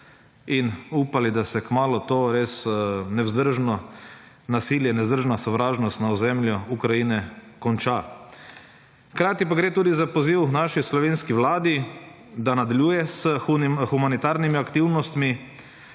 in upali, da se kmalu to nevzdržno nasilje, nevzdržno sovražnost na ozemlju Ukrajine konča. Hkrati pa gre tudi za poziv naši slovenski vladi, da nadaljuje s humanitarnimi aktivnostmi,